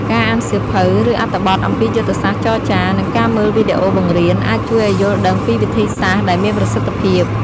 ការអានសៀវភៅ ឬអត្ថបទអំពីយុទ្ធសាស្ត្រចរចា និងការមើលវីដេអូបង្រៀន អាចជួយឱ្យយល់ដឹងពីវិធីសាស្រ្តដែលមានប្រសិទ្ធភាព។